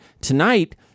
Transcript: tonight